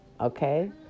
okay